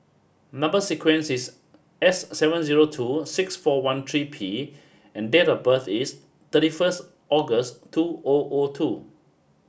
number sequence is S seven zero two six four one three P and date of birth is thirty first August two O O two